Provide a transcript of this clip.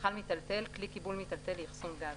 "מכל מיטלטל" כלי קיבול מיטלטל לאחסון גז,